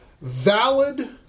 valid